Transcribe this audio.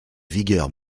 vigueur